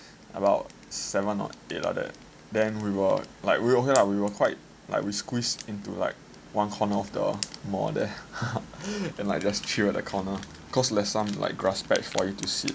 about seven or eight like that then we were like we're okay lah we were quite like we squeezed into like one corner of the mall there and like just cheer at a corner because there's some like grass patch for you to sit